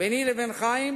ביני לבין חיים,